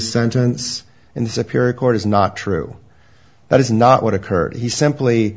sentence in the superior court is not true that is not what occurred he simply